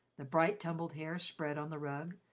the bright, tumbled hair spread on the rug,